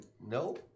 No